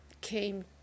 came